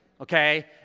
okay